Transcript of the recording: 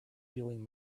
feeling